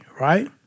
right